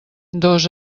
dos